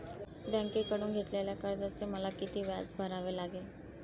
बँकेकडून घेतलेल्या कर्जाचे मला किती व्याज भरावे लागेल?